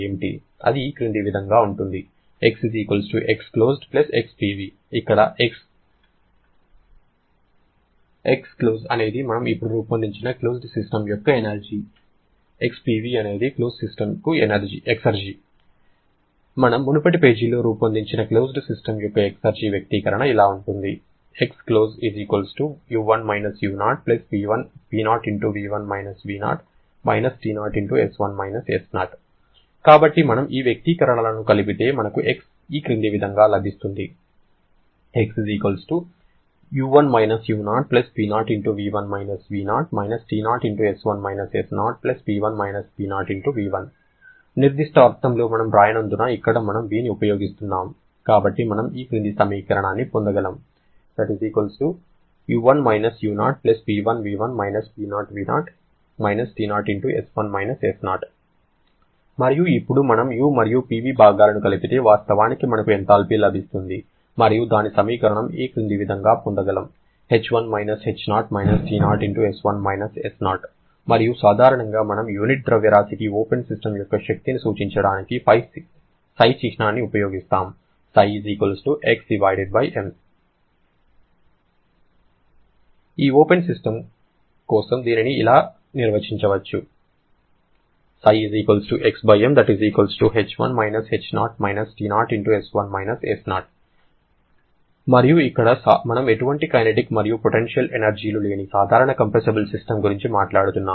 అది ఈ క్రింది విధంగా ఉంటుంది X Xcl XPv ఇక్కడ Xd అనేది మనము ఇప్పుడే రూపొందించిన క్లోజ్డ్ సిస్టమ్ యొక్క ఎక్సర్జీ XPv అనేది క్లోజ్డ్ సిస్టమ్కు ఎక్సర్జీ మనము మునుపటి పేజీలో రూపొందించిన క్లోజ్డ్ సిస్టమ్ యొక్క ఎక్సెర్జి వ్యక్తీకరణ ఇలా ఉంటుంది కాబట్టి మనం ఈ వ్యక్తీకరణలను కలిపితే మనకు X ఈ క్రింది విధంగా లభిస్తుంది నిర్దిష్ట అర్థంలో మనం వ్రాయనందున ఇక్కడ మనము Vని ఉపయోగిస్తున్నాము కాబట్టి మనము ఈ క్రింది సమీకరణాన్ని పొందగలము మరియు ఇప్పుడు మనం U మరియు Pv భాగాలను కలిపితే వాస్తవానికి మనకు ఎంథాల్పీ లభిస్తుంది మరియు దాని సమీకరణం ఈ క్రింది విధంగా పొందగలము మరియు సాధారణంగా మనము యూనిట్ ద్రవ్యరాశికి ఓపెన్ సిస్టమ్ యొక్క శక్తిని సూచించడానికి ψ చిహ్నాన్ని ఉపయోగిస్తాము ఈ ఓపెన్ సిస్టమ్ కోసం దీనిని ఇలా నిర్వచింపవచ్చు మరియు ఇక్కడ మనం ఎటువంటి కైనెటిక్ మరియు పొటెన్షియల్ ఎనర్జీ లు లేని సాధారణ కంప్రెసిబుల్ సిస్టమ్ గురించి మాట్లాడుతున్నాము